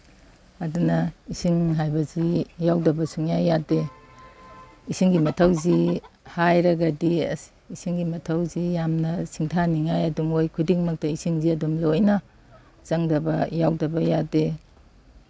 ꯑꯗꯨꯅ ꯏꯁꯤꯡ ꯍꯥꯏꯕꯁꯤ ꯌꯥꯎꯗꯕ ꯁꯨꯡꯌꯥ ꯌꯥꯗꯦ ꯏꯁꯤꯡꯒꯤ ꯃꯊꯧꯁꯤ ꯍꯥꯏꯔꯒꯗꯤ ꯑꯁ ꯏꯁꯤꯡꯒꯤ ꯃꯊꯧꯁꯤ ꯌꯥꯝꯅ ꯁꯤꯡꯊꯥꯅꯤꯉꯥꯏ ꯑꯗꯨꯝ ꯑꯣꯏ ꯈꯨꯗꯤꯡꯃꯛꯇ ꯏꯁꯤꯡꯁꯦ ꯑꯗꯨꯝ ꯂꯣꯏꯅ ꯆꯪꯗꯕ ꯌꯥꯎꯗꯕ ꯌꯥꯗꯦ